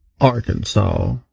Arkansas